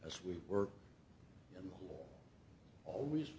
as we were always